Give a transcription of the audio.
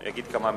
יגיד כמה מלים.